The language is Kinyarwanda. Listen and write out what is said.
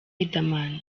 riderman